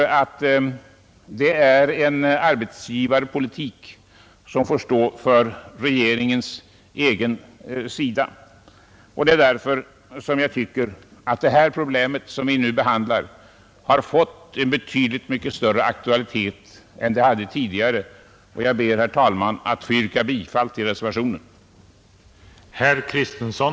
Detta är en arbetsgivarpolitik som får stå för regeringens egen räkning. Det problem som vi nu behandlar har i varje fall genom vad som nu kommer att hända fått en ännu större aktualitet än tidigare. Jag ber därför, herr talman, att få yrka bifall till reservationen.